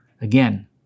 Again